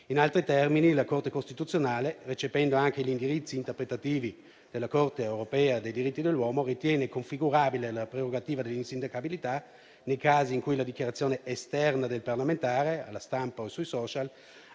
In altri termini, la Corte costituzionale, recependo anche gli indirizzi interpretativi della Corte europea dei diritti dell'uomo, ritiene configurabile la prerogativa dell'insindacabilità nei casi in cui la dichiarazione esterna del parlamentare alla stampa o sui *social*